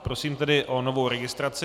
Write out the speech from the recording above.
Prosím tedy o novou registraci.